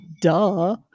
Duh